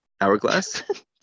Hourglass